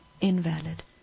invalid